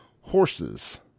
horses